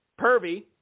pervy